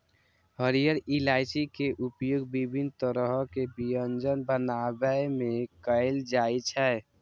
हरियर इलायची के उपयोग विभिन्न तरहक व्यंजन बनाबै मे कैल जाइ छै